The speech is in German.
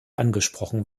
angesprochen